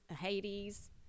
hades